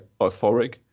euphoric